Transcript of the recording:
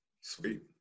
Sweet